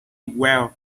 well